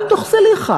גם דוח זליכה,